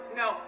no